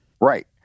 Right